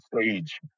stage